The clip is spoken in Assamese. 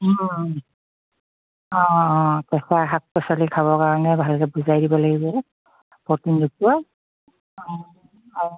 অঁ কেঁচা শাক পাচলি খাবৰ কাৰণে ভালকৈ বুজাই দিব লাগিব প্ৰটিনযুক্ত অঁ অঁ